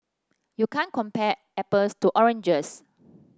you can't compare apples to oranges